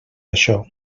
això